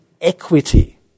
equity